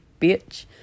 bitch